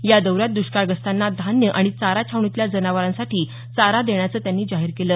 या दौऱ्यात दृष्काळग्रस्तांना धान्य आणि चारा छावणीतल्या जनावरांसाठी चारा देण्याचं त्यांनी जाहीर केलं